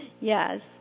Yes